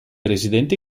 residenti